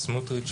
סמוטריץ',